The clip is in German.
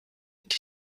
die